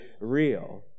real